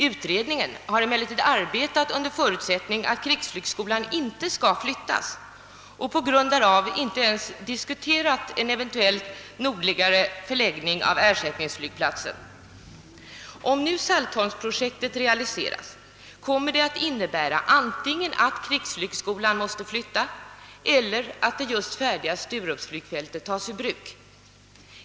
Utredningen har emellertid arbetat utifrån förutsättningen att krigsflygskolan icke skall flyttas och på grund därav inte ens diskuterat en eventuellt nordligare förläggning av ersättningsflygplatsen. Om nu saltholmsprojektet realiseras kommer det att innebära antingen att krigsflygskolan måste flyttas eller att det just färdiga Sturupsfältet tas ur bruk.